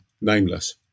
Nameless